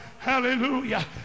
Hallelujah